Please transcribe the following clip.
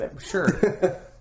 Sure